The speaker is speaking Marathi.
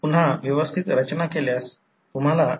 परंतु जेव्हा ते लोड केले जाते तेव्हा हे R1 X1 असते